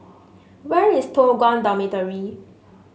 where is Toh Guan Dormitory